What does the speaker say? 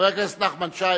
חבר הכנסת נחמן שי.